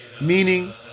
Meaning